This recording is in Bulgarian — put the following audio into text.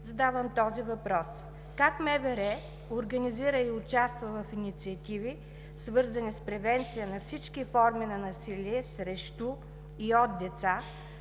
задавам този въпрос: как МВР организира и участва в инициативи, свързани с превенция на всички форми на насилие срещу и от деца,